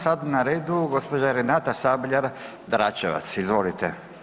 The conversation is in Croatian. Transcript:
Sada je na redu gospođa Renata Sabljar Dračevac, izvolite.